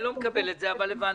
אני לא מקבל את זה, אבל הבנתי.